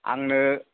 आंनो